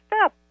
step